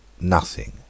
nothing